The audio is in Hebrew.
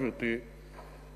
גברתי,